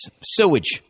sewage